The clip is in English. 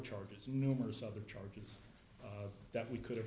charges numerous other charges that we could have